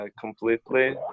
Completely